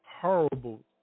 horrible